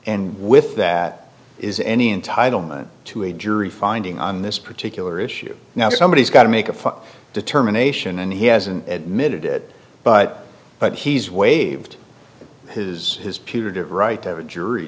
and with that is any entitlement to a jury finding on this particular issue now somebody has got to make a determination and he hasn't admitted it but but he's waived his his putative right to have a jury